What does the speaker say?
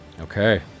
Okay